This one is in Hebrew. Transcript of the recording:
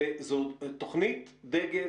זאת תוכנית דגל,